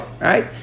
right